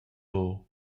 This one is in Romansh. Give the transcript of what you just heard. buc